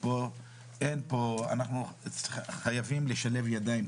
אנחנו חייבים לשלב ידיים.